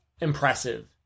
impressive